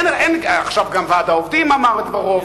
עכשיו גם ועד העובדים אמר את דברו,